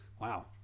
Wow